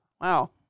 Wow